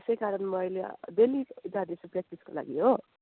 त्यसैकारण म अहिले डेली जाँदैछु प्रयाक्टिसको लागि हो